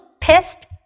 pissed